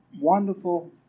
wonderful